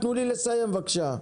תנו לי לסיים בבקשה.